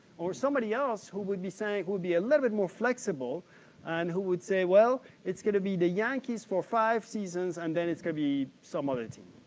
or somebody else who would be saying, who would be a little bit more flexible and who would say, well, it's going to be the yankees for five seasons, and then it's going to be some other team.